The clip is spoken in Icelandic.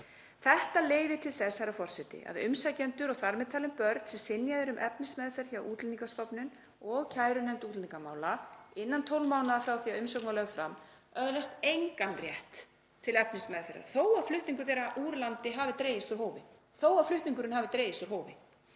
Þetta leiðir til þess að umsækjendur, þar með talin börn, sem synjað er um efnismeðferð hjá Útlendingastofnun og kærunefnd útlendingamála innan 12 mánaða frá því að umsókn var lögð fram, öðlast engan rétt til efnismeðferðar þó að flutningur þeirra úr landi dragist úr hófi.